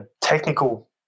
technical